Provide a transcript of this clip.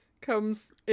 comes